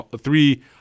Three